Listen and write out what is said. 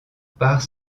part